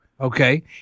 Okay